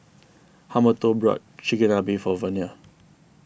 Humberto brought Chigenabe for Vernia